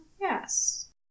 yes